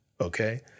okay